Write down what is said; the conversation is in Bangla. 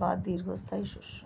বা দীর্ঘস্থায়ী শস্য